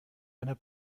einer